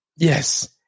Yes